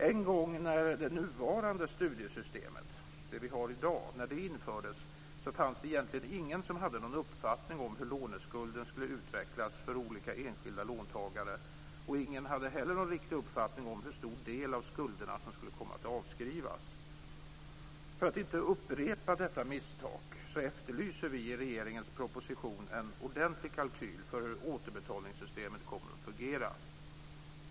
En gång när det nuvarande studiestödssystemet infördes - det vi har i dag - fanns det egentligen ingen som hade någon uppfattning om hur låneskulden skulle utvecklas för olika enskilda låntagare, och ingen hade heller någon riktig uppfattning om hur stor del av skulderna som skulle komma att avskrivas. För att inte upprepa detta misstag efterlyser vi i regeringens proposition en ordentlig kalkyl för hur återbetalningssystemet kommer att fungera.